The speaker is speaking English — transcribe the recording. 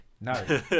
No